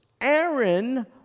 Aaron